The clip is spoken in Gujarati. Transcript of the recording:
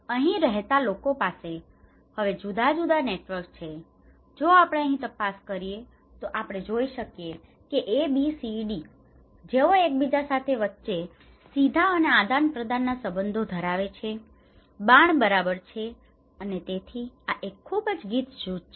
અહીં રહેતા લોકો પાસે હવે જુદા જુદા નેટવર્ક છે જો આપણે અહીં તપાસ કરીએ તો આપણે જોઈ શકીએ છીએ કે એબીસીડી જેઓ એકબીજા સાથે વચ્ચે સીધા અને આદાનપ્રદાનના સંબંધો ધરાવે છે બાણ બરાબર છે અને તેથી આ એક ખૂબ ગીચ જૂથ છે